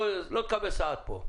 לא תקבל סעד פה.